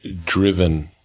driven,